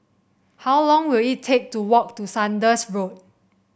how long will it take to walk to Saunders Road